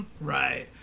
Right